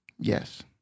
Yes